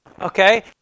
okay